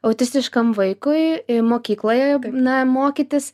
autistiškam vaikui mokykloje na mokytis